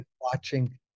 watching